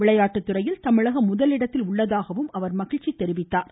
விளையாட்டுத்துறையில் தமிழகம் முதலிடத்தில் உள்ளதாகவும் அவர் மகிழ்ச்சி தெரிவித்தார்